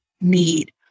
need